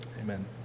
Amen